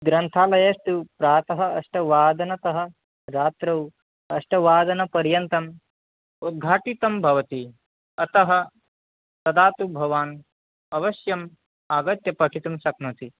ग्रन्थालयस्तु प्रातः अष्टवादनतः रात्रौ अष्टवादनपर्यन्तम् उद्घाटितः भवति अतः तदा तु भवान् अवश्यम् आगत्य पठितुं शक्नोति